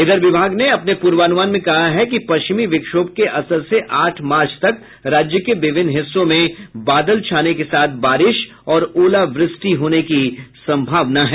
इधर विभाग ने अपने पूर्वानुमान में कहा है कि पश्चिमी विक्षोभ के असर से आठ मार्च तक राज्य के विभिन्न हिस्सों में बादल छाने के साथ बारिश और ओलावृष्टि होने की संभावना है